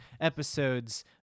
Episodes